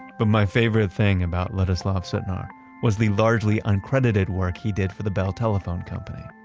but my favorite thing about ladislav sutnar was the largely un-credited work he did for the bell telephone company.